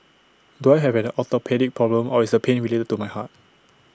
do I have an orthopaedic problem or is the pain related to my heart